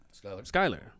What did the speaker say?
Skyler